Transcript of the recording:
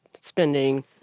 spending